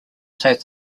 save